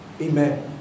Amen